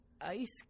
ice